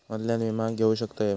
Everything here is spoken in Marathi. ऑनलाइन विमा घेऊ शकतय का?